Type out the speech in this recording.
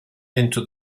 into